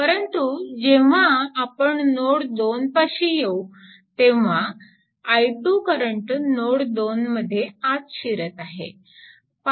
परंतु जेव्हा आपण नोड 2 पाशी येऊ तेव्हा i2 करंट नोड 2 मध्ये आत शिरत आहे